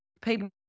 people